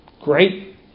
great